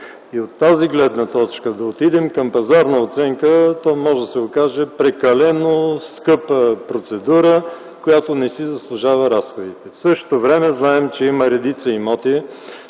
И от тази гледна точка да отидем към пазарна оценка, то може да се окаже прекалено скъпа процедура, която не си заслужава разходите. В същото време знаем, че има редица имоти,